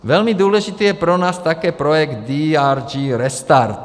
Velmi důležitý je pro nás také projekt DRG Restart.